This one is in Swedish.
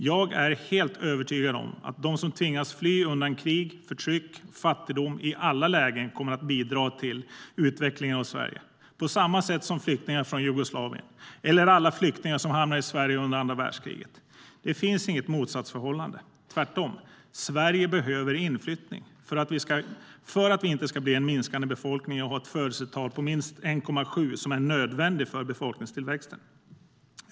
Jag är helt övertygad om att de som tvingas fly undan krig, förtryck och fattigdom i alla lägen kommer att bidra till utvecklingen av Sverige, på samma sätt som flyktingarna från Jugoslavien eller alla flyktingar som hamnade i Sverige under andra världskriget. Det finns inget motsatsförhållande. Tvärtom! Sverige behöver inflyttning för att landet inte ska få en minskande befolkning och för att upprätthålla ett födelsetal på minst 1,7, som är nödvändigt för befolkningstillväxten.